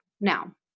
Now